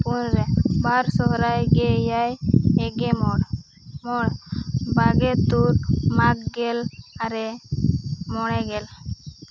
ᱯᱩᱱ ᱨᱮ ᱵᱟᱨ ᱥᱚᱦᱚᱨᱟᱭ ᱜᱮᱭᱟᱭ ᱮᱜᱮ ᱢᱚᱲ ᱵᱟᱜᱮ ᱛᱩᱨ ᱢᱟᱜᱽ ᱜᱮᱞ ᱟᱨᱮ ᱢᱚᱬᱮ ᱜᱮᱞ